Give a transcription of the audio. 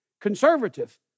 Conservative